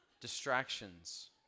distractions